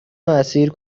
اسیر